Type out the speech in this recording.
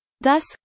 Thus